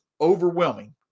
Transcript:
overwhelming